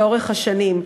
לאורך השנים.